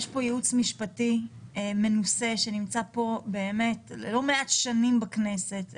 יש פה ייעוץ משפטי מנוסה שנמצא פה באמת לא מעט שנים בכנסת,